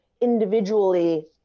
individually